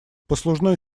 послужной